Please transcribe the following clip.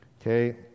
Okay